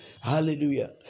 Hallelujah